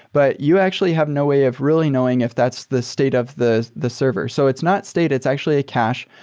but you actually have no way of really knowing if that's the state of the the server. so it's not state. it's actually a cache,